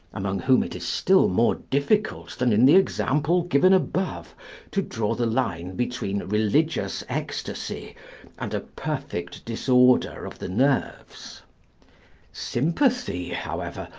among whom it is still more difficult than in the example given above to draw the line between religious ecstasy and a perfect disorder of the nerves sympathy, however,